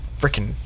freaking